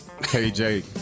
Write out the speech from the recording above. KJ